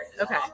okay